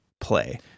play